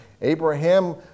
Abraham